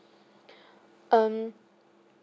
um